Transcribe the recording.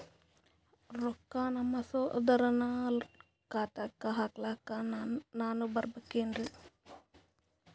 ರೊಕ್ಕ ನಮ್ಮಸಹೋದರನ ಖಾತಾಕ್ಕ ಹಾಕ್ಲಕ ನಾನಾ ಬರಬೇಕೆನ್ರೀ?